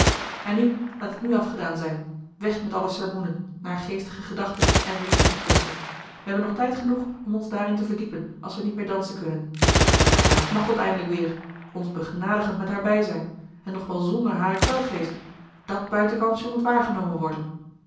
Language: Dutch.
en nu laat het nu afgedaan zijn weg met alle sermoenen naargeestige gedachten en religietwisten we hebben nog tijd genoeg om ons daarin te verdiepen als we niet meer dansen kunnen daar is machteld eindelijk weêr ons begenadigend met haar bijzijn en nog wel zonder haren kwelgeest dat buitenkansje moet waargenomen worden